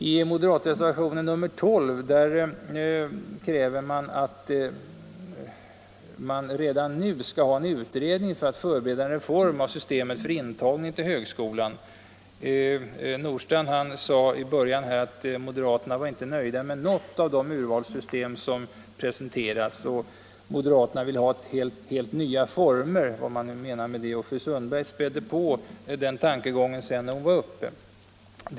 I moderatreservationen 12 kräver man att det redan nu skall göras en utredning för att förbereda en reform av systemet för intagning till högskolan. Herr Nordstrandh sade att moderaterna inte var nöjda med något av de urvalssystem som presenterats utan ville ha helt nya former - vad han nu menade med det. Och fru Sundberg gick vidare på den linjen sedan, när hon var uppe i talarstolen.